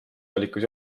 valikus